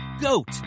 GOAT